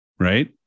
Right